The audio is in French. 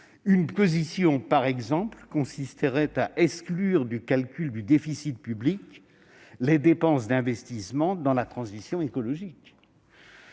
On pourrait, par exemple, exclure du calcul du déficit public les dépenses d'investissement dans la transition écologique,